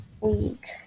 week